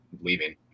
leaving